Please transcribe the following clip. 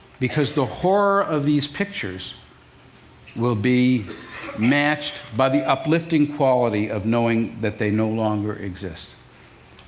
because the horror of these pictures will be matched by the uplifting quality of knowing that they no longer exist.